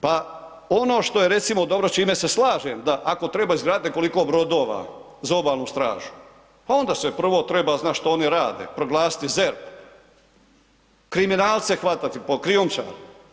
Pa ono što je recimo dobro, s čime se slažem da ako treba izgraditi nekoliko brodova za obalnu stražu pa onda se prvo treba znati što oni rade, proglasiti ZERP, kriminalce hvatati, krijumčare.